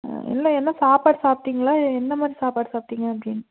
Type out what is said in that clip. இல்லை என்ன சாப்பாடு சாப்பிட்டிங்களா இல்லை எந்த மாதிரி சாப்பாடு சாப்பிட்டிங்க அப்படின்